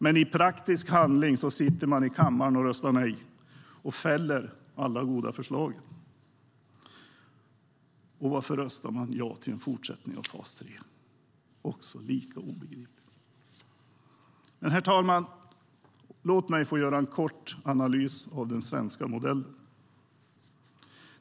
Men i praktisk handling sitter de i kammaren och röstar nej och fäller alla goda förslag. Varför röstar man ja till en fortsättning av fas 3? Det är lika obegripligt. Herr talman! Låt mig få göra en kort analys av den svenska modellen.